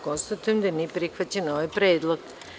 Konstatujem da nije prihvaćen ovaj predlog.